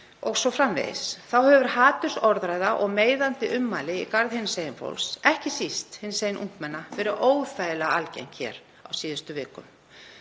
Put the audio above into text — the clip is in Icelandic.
o.s.frv. Þá hefur hatursorðræða og meiðandi ummæli í garð hinsegin fólks, ekki síst hinsegin ungmenna, verið óþægilega algeng hér á síðustu vikum.